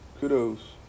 Kudos